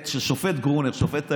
את השופט גרוניס, השופט העליון.